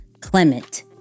Clement